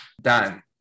done